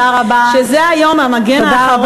שזה היום המגן האחרון,